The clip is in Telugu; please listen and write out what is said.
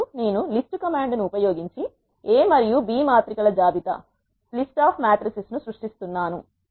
ఇప్పుడు నేను లిస్ట్ కమాండ్ ను ఉపయోగించి A మరియు B మాత్రిక ల జాబితా ను సృష్టిస్తున్నాను